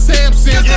Samson